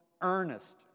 earnest